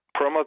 Promo